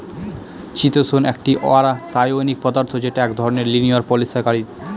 চিতোষণ একটি অরাষায়নিক পদার্থ যেটা এক ধরনের লিনিয়ার পলিসাকরীদ